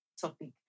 topic